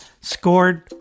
scored